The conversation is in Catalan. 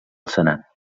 senat